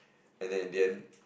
and then in the end